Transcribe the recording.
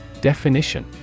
Definition